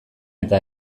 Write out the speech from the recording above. eta